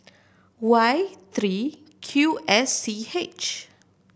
Y three Q S C H